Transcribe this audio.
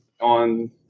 on